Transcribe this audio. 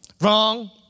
wrong